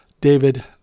David